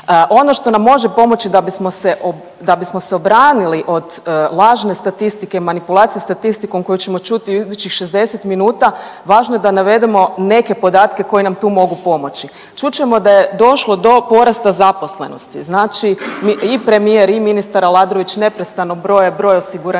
Ono što nam može pomoći da bismo se, da bismo se obranili od lažne statistike i manipulacije statistikom koju ćemo čuti u idućih 60 minuta važno je da navedemo neke podatke koji nam tu mogu pomoći. Čut ćemo da je došlo do porasta zaposlenosti, znači i premijer i ministar Aladrović neprestano broj broj osiguranika